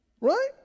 right